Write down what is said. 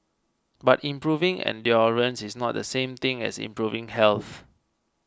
but improving endurance is not the same thing as improving health